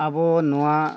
ᱟᱵᱚ ᱱᱚᱣᱟ